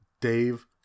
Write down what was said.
Dave